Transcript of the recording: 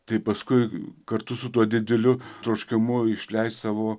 tai paskui kartu su tuo didžiuliu troškimu išleist savo